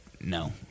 no